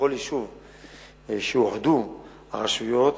שבכל מקום שאוחדו הרשויות